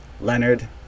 Leonard